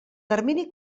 termini